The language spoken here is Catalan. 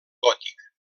gòtic